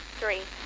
three